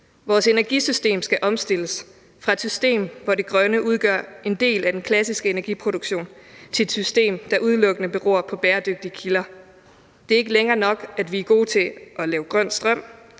Vores energisystem skal omstilles fra et system, hvor det grønne udgør en del af den klassiske energiproduktion, til et system, der udelukkende beror på bæredygtige kilder. Det er ikke længere nok, at vi er gode til at lave grøn strøm,